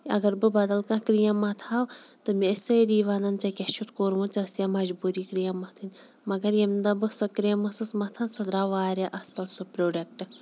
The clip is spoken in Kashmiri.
اگر بہٕ بَدَل کانٛہہ کِرٛیٖم مَتھٕہَو تہٕ مےٚ ٲسۍ سٲری وَنان ژےٚ کیٛاہ چھُتھ کوٚرمُت ژےٚ ٲس یا مجبوٗری کِرٛیٖم مَتھٕنۍ مگر ییٚمہِ دۄہ بہٕ سۄ کِرٛیٖم ٲسٕس مَتھان سُہ درٛاو واریاہ اَصٕل سُہ پرٛوڈَکٹ